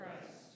Christ